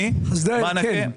לחסדי האל, כן.